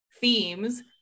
themes